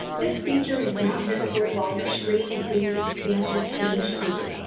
this feature is not visible while your screen is in the expanded page view.